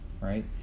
right